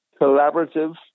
collaborative